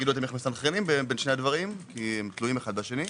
תגידו איך עושים את זה כי הם תלויים אחד בשני.